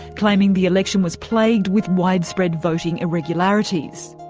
claiming the election was plagued with widespread voting irregularities.